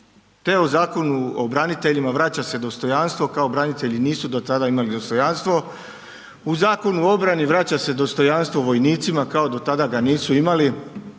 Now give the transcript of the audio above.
Te o Zakonu o braniteljima, vraća se dostojanstvo, kao branitelji nisu do tada imali dostojanstvo, u Zakonu o obrani vraća se dostojanstvo vojnicima, kao do tada ga nisu imali,